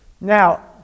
Now